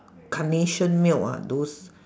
carnation milk ah those